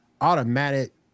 automatic